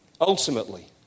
Ultimately